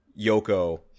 Yoko